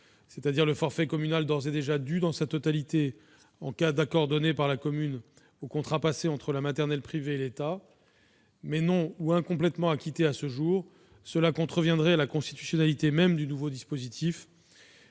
c'est-à-dire le forfait communal déjà dû dans sa totalité en cas d'accord donné par la commune au contrat passé entre la maternelle privée et l'État, mais non ou incomplètement acquittées à ce jour, cela contreviendrait à la constitutionnalité même du nouveau dispositif,